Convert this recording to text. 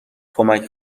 کمک